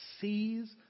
sees